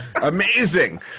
Amazing